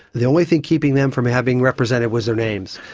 the only thing keeping them from having represented was their names.